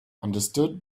understood